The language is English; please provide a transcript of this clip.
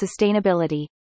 sustainability